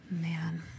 Man